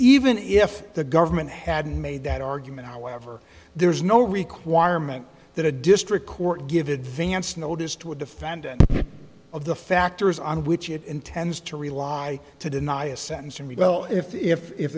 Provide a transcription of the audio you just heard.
even if the government hadn't made that argument however there is no requirement that a district court give advanced notice to a defendant of the factors on which it intends to rely to deny a sentence to me well if if if